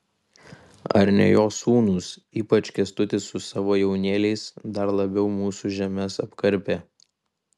ar ne jo sūnūs ypač kęstutis su savo jaunėliais dar labiau mūsų žemes apkarpė